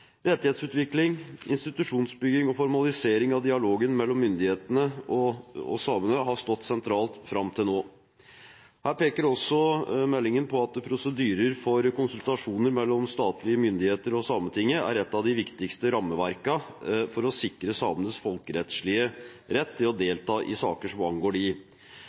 Rettighetsutvikling, institusjonsbygging og formalisering av dialogen mellom myndighetene og samene har stått sentralt fram til nå. Her peker også meldingen på at prosedyrer for konsultasjoner mellom statlige myndigheter og Sametinget er et av de viktigste rammeverkene for å sikre samenes folkerettslige rett til å delta i saker som angår